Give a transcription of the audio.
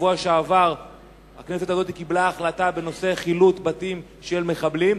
בשבוע שעבר הכנסת הזאת קיבלה החלטה בנושא חילוט בתים של מחבלים.